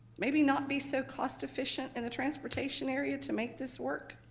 maybe not be so cost efficient and the transportation area to make this work.